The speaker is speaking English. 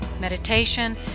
meditation